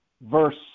verse